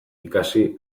ikasi